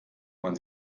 man